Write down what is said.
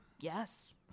Yes